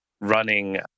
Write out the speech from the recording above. running